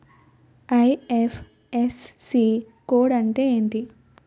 IFSC code అంటే ఏంటి?